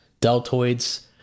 deltoids